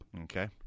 Okay